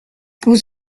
vous